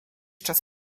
czas